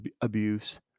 abuse